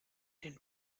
den